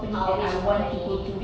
ah which company